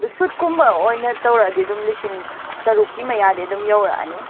ꯑꯗꯨ ꯁꯨꯠꯀꯨꯝꯕ ꯑꯣꯏꯅ ꯇꯧꯔꯛꯂꯗꯤ ꯑꯗꯨꯝ ꯂꯤꯁꯤꯡ ꯇꯔꯨꯛꯀꯤ ꯃꯌꯥꯗꯤ ꯑꯗꯨꯝ ꯌꯧꯔꯛꯂꯅꯤ